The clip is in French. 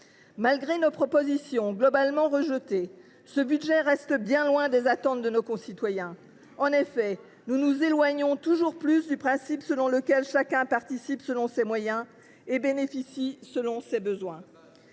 Malgré nos propositions, globalement rejetées, ce budget reste bien loin des attentes de nos concitoyens. En effet, nous nous éloignons toujours plus du principe selon lequel chacun participe selon ses moyens et bénéficie selon ses besoins.